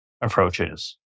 approaches